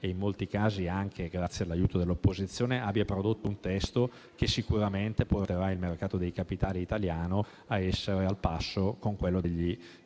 e in molti casi anche grazie all'aiuto dell'opposizione, abbia prodotto un testo che sicuramente porterà il mercato dei capitali italiano a essere al passo con quello dei maggiori